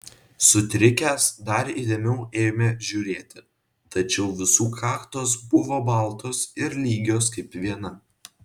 sutrikęs dar įdėmiau ėmė žiūrėti tačiau visų kaktos buvo baltos ir lygios kaip viena